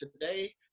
today